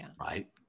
right